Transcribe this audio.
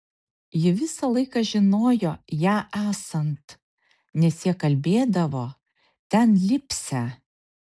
ji visą laiką žinojo ją esant nes jie kalbėdavo ten lipsią